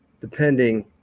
depending